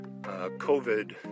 COVID